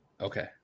Okay